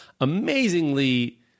amazingly